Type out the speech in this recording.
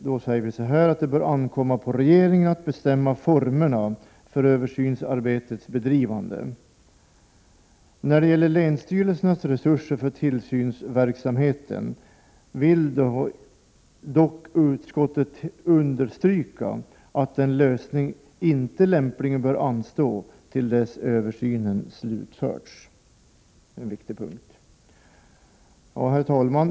Det bör ankomma på regeringen att bestämma formerna för översynsarbetets bedrivande. När det gäller länsstyrelsernas resurser för tillsynsverksamheten vill utskottet dock understryka att en lösning inte lämpligen bör anstå till dess översynen slutförts. Det senaste är en viktig punkt. Herr talman!